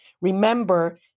remember